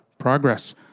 progress